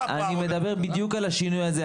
אני מדבר בדיוק על השינוי הזה,